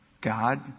God